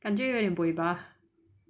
感觉有点